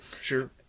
Sure